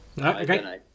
Okay